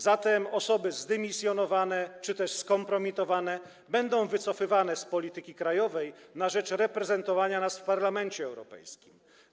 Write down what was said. Zatem osoby zdymisjonowane czy też skompromitowane będą wycofywane z polityki krajowej na rzecz reprezentowania nas w Parlamencie Europejskim.